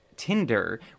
tinder